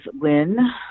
Lynn